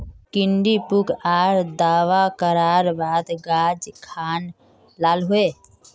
भिन्डी पुक आर दावा करार बात गाज खान लाल होए?